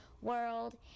world